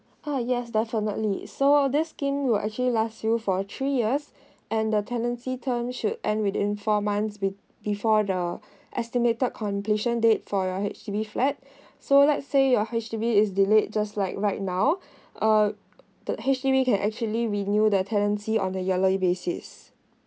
oh yes definitely so this scheme will actually last you for three years and the tendency term should end within four months with before the estimated completion date for your H_D_B flat so let's say your H_D_B is delayed just like right now uh the H_D_B can actually renew that tendency on the basis